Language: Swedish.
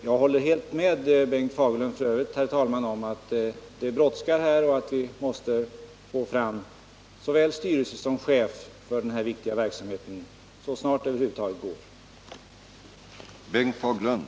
F. ö., herr talman, håller jag helt och hållet med Bengt Fagerlund om att saken brådskar och att vi måste få fram såväl styrelse som chef för den här viktiga verksamheten så snart det över huvud taget är möjligt.